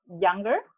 younger